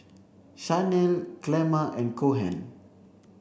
Shanell Clemma and Cohen